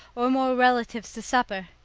or more relatives to supper.